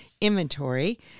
inventory